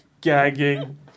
gagging